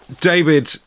David